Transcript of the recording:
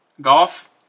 Golf